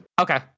Okay